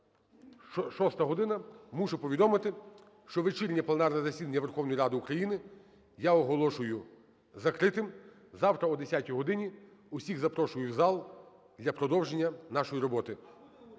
шоста година, мушу повідомити, що вечірнє пленарне засідання Верховної Ради України я оголошую закритим. Завтра о 10 годині всіх запрошую в зал для продовження нашої роботи.